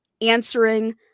answering